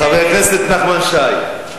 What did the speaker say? חבר הכנסת נחמן שי,